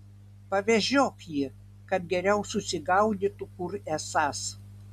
pavežiok jį kad geriau susigaudytų kur esąs